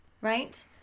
Right